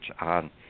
on